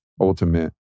ultimate